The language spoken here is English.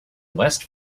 west